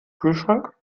kühlschrank